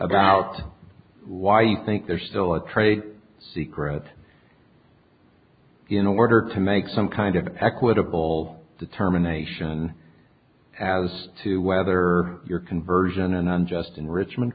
about why you think there's still a trade secret in order to make some kind of equitable determination as to whether your conversion or an unjust enrichm